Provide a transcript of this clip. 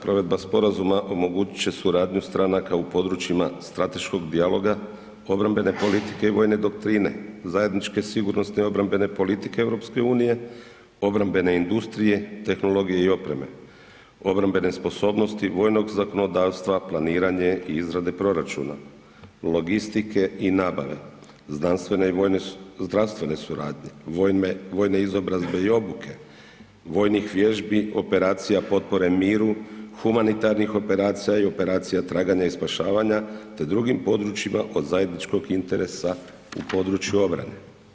Provedba sporazuma omogućit će suradnju stranaka u područjima strateškog dijaloga obrambene politike i vojne doktrine, zajedničke sigurnosne obrambene politike EU, obrambene industrije, tehnologije i opreme, obrambene sposobnosti, vojnog zakonodavstva, planiranje i izrade, logistike i nabave, znanstvene i vojno-zdravstvene suradnje, vojne izobrazbe i obuke, vojnih vježbi, operacija potpore miru, humanitarnih operacija i operacija traganja i spašavanja te drugim područjima od zajedničkog interesa u području obrane.